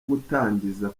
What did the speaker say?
gutangiza